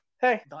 hey